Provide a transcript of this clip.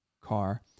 car